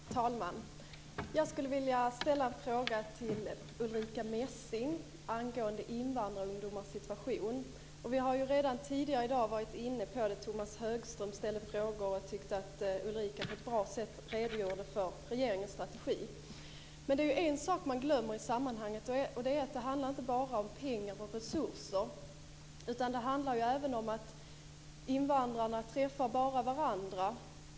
Herr talman! Jag skulle vilja ställa en fråga till Ulrica Messing angående invandrarungdomars situation. Vi har redan tidigare i dag varit inne på detta. Tomas Högström ställde frågor och tyckte att Ulrica Messing på ett bra sätt redogjorde för regeringens strategi. Men det är en sak som man glömmer i sammanhanget, och det är att det inte bara handlar om pengar och resurser utan att det även handlar om att invandrarna bara träffar varandra.